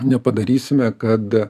nepadarysime kad